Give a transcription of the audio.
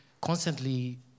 constantly